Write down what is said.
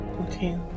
Okay